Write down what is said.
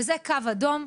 וזה קו אדום,